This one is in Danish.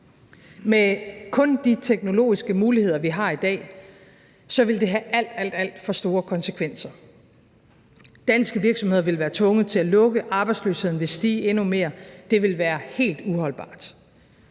med de teknologiske muligheder, som vi har i dag, så ville det have alt, alt for store konsekvenser. Danske virksomheder ville være tvunget til at lukke; arbejdsløsheden ville stige endnu mere. Det ville være helt uholdbart.